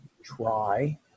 try